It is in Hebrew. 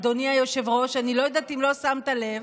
אדוני היושב-ראש, אני לא יודעת אם לא שמת לב.